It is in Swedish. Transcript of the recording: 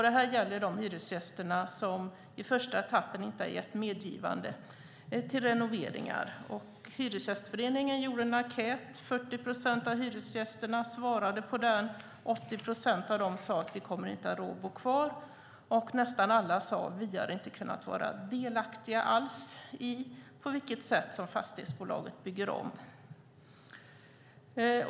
Det här gäller de hyresgäster som i första etappen inte har givit något medgivande till renoveringar. Hyresgästföreningen skickade ut en enkät. 40 procent av hyresgästerna svarade på den, och 80 procent av dem sade att de inte kommer att ha råd att bo kvar. Nästan alla sade att de inte hade varit delaktiga alls i på vilket sätt fastighetsbolaget bygger om.